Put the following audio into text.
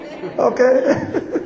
okay